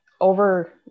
over